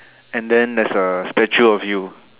and then there's a statue of you